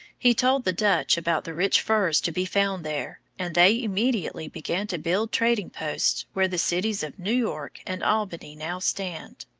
he told the dutch about the rich furs to be found there, and they immediately began to build trading posts where the cities of new york and albany now stand.